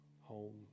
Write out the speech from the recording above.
home